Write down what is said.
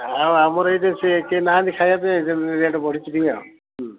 ଆଉ ଆମର ଏଇଠି ସିଏ କିଏ ନାହାଁନ୍ତି ଖାଇବା ପାଇଁ ରେଟ୍ ବଢ଼ିଛି ଟିକେ ଆଉ